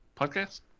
podcast